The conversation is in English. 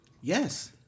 Yes